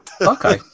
Okay